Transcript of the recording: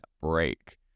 break